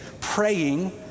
praying